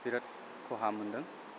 बिराद खहा मोनदों